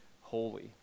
holy